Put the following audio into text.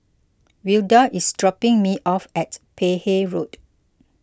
Wilda is dropping me off at Peck Hay Road